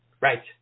Right